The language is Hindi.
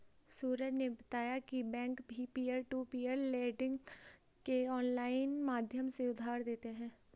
सूरज ने बताया की बैंक भी पियर टू पियर लेडिंग के ऑनलाइन माध्यम से उधार देते हैं